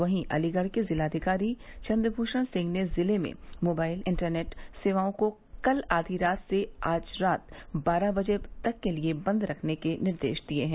वहीं अलीगढ़ के जिलाधिकारी चन्द्रभूषण सिंह ने जिले में मोबाइल इंटरनेट सेवाओं को कल आधी रात से आज रात बारह बजे तक बंद रखने का निर्देश दिया है